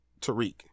Tariq